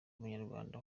abanyarwanda